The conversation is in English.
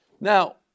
Now